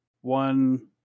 one